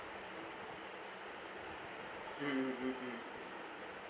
mm mm mm mm